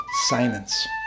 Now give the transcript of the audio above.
silence